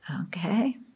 Okay